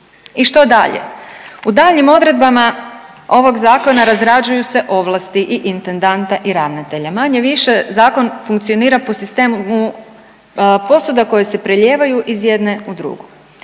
I što dalje? U daljnjim odredbama ovog zakona razrađuju se ovlasti i intendanta i ravnatelja, manje-više zakon funkcionira po sistemu posuda koje se prelijevaju iz jedne u drugu.